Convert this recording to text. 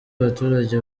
abaturage